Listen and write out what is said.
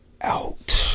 out